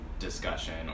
Discussion